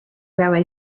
railway